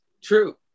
true